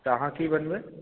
अहाँ की बनबै